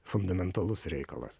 fundamentalus reikalas